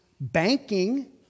banking